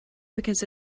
because